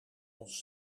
ons